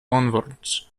onwards